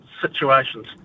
situations